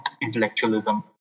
intellectualism